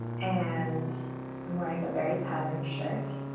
and i'm wearing a very patterned shirt.